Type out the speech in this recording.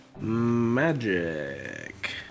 Magic